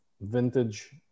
vintage